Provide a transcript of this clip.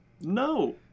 No